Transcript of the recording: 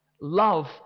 Love